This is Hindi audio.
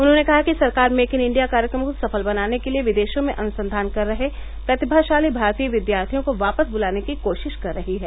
उन्होंने कहा कि सरकार मेक इन इंडिया कार्यक्रम को सफल बनाने के लिए विदेशों में अनुसंधान कर रहे प्रतिभाशाली भारतीय विद्यार्थियों को वापस बुलाने की कोशिश कर रही है